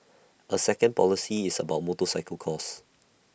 A second policy is about motorcycle costs